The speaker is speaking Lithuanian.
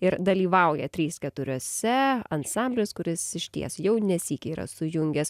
ir dalyvauja trys keturiose ansamblis kuris išties jau nesyk yra sujungęs